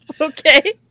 Okay